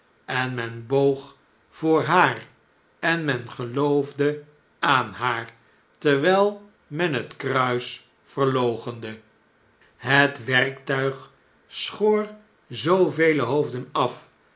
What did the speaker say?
en men boog voor haar en men geloofde aan haar terwnl men het kruis verloochende het werktuig schoor zoovele hoofden af